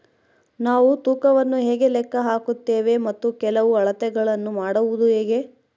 ನಾವು ತೂಕವನ್ನು ಹೇಗೆ ಲೆಕ್ಕ ಹಾಕುತ್ತೇವೆ ಮತ್ತು ಕೆಲವು ಅಳತೆಗಳನ್ನು ಮಾಡುವುದು ಹೇಗೆ?